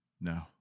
No